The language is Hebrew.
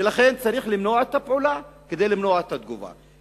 לכן צריך למנוע את הפעולה, כדי למנוע את התגובה.